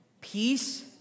peace